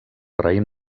raïm